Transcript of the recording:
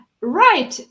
Right